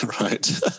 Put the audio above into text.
right